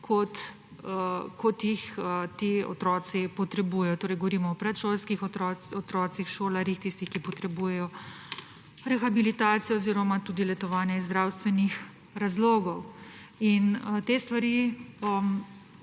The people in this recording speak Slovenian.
kot jih ti otroci potrebujejo. Govorimo o predšolskih otrocih, šolarjih, tistih, ki potrebujejo rehabilitacijo oziroma letovanje iz zdravstvenih razlogov. Te stvari